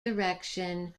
direction